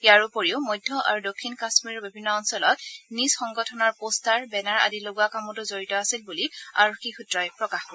ইয়াৰ উপৰি মধ্য আৰু দক্ষিণ কাম্মীৰৰ বিভিন্ন অঞ্চলত নিজা সংগঠনৰ পোস্তাৰ বেনাৰ আদি লগোৱা কামতো জড়িত আছিল বুলি আৰক্ষী সূত্ৰই প্ৰকাশ কৰে